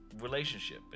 relationship